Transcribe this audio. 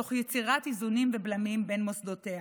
תוך יצירת איזונים ובלמים בין מוסדותיה.